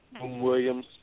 Williams